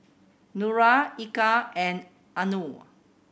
Nura Eka and Anuar